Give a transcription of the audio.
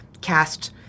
cast